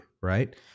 right